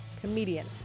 comedian